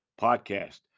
podcast